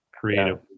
creative